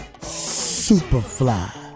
Superfly